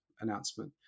announcement